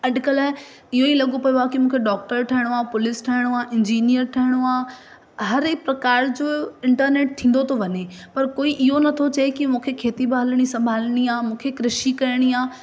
अॼुकल्ह इहो ई लॻो पियो आहे की मूंखे डॉक्टर ठहिणो आहे पुलिस ठहिणो आहे इंजीनियर ठहिणो आहे हर हिकु प्रकार जो इंटरनैट थींदो थो वञे पर कोई इहो नथो चए की मूंखे खेती बालिणी संभालनी आहे मूंखे कृषि करिणी आहे